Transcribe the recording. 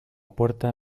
puerta